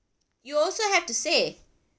you also have to say